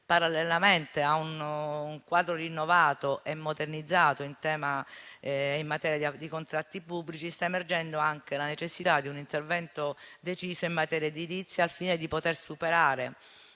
parallelamente a un quadro rinnovato e modernizzato in materia di contratti pubblici, sta emergendo anche la necessità di un intervento deciso in materia edilizia, al fine di poter superare